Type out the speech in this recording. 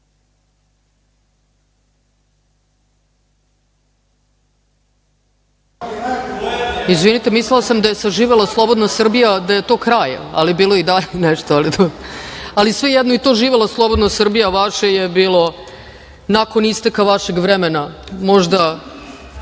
Izvinite, mislila sam da je saživela slobodna Srbija, da je to kraj, ali bilo je i dalje nešto, ali svejedno i to živela slobodna Srbija, vaše je bilo nakon isteka vašeg vremena, možda